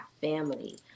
family